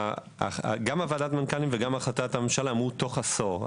גם ועדת המנכ"לים וגם החלטת הממשלה אמרו שתוך עשור.